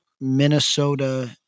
Minnesota